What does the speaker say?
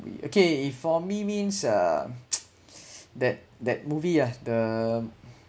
movie okay if for me means uh that that movie ah the